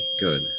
good